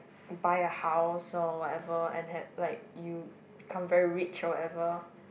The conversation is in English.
buy a house or whatever and had like you become very rich or ever